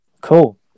Cool